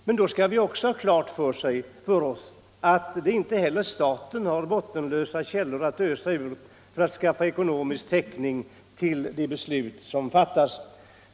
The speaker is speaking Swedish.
Men då skall vi också ha klart för oss att inte heller staten har bottenlösa källor att ösa ur för att skaffa ekonomisk täckning för de beslut som fattas.